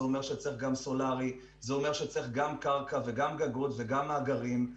גם סולארי וגם קרקע וגם גגות וגם מאגרים.